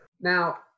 Now